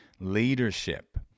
Leadership